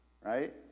right